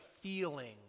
feeling